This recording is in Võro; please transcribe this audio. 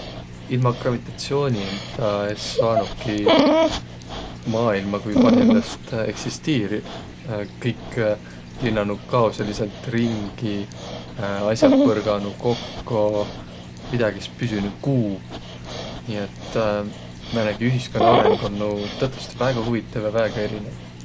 Ilma gravitatsioonildaq es saanuki maailma ku parhillast eksistiiriq. Kõik linnanuq kaosõlisõlt ringi, as'aq põrganuq kokko, midägi es püsünüq kuuh. Nii et määnegi ühiskonna arõng olnuq tõtõstõ väega huvitav ja väega erinev.